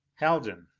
haljan.